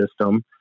system